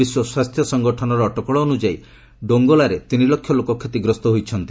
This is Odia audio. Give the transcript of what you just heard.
ବିଶ୍ୱ ସ୍ୱାସ୍ଥ୍ୟ ସଂଗଠନର ଅଟକଳ ଅନୁସାରେ ଡୋଙ୍ଗୋଲାରେ ତିନିଲକ୍ଷ ଲୋକ କ୍ଷତିଗ୍ରସ୍ତ ହୋଇଛନ୍ତି